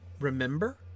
remember